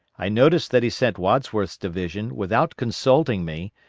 i noticed that he sent wadsworth's division, without consulting me,